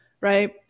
right